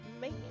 Make